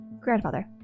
Grandfather